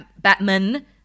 Batman